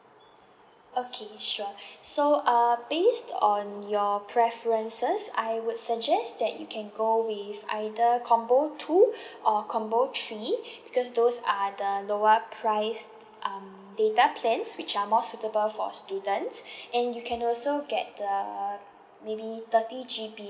okay sure so uh based on your preferences I would suggest that you can go with either combo two or combo three because those are the lower price um data plans which are more suitable for students and you can also get the maybe thirty G_B